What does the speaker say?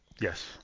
Yes